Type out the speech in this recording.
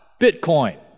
Bitcoin